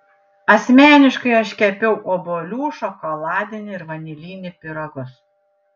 asmeniškai aš kepiau obuolių šokoladinį ir vanilinį pyragus